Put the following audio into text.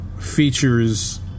features